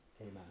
Amen